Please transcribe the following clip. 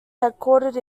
headquartered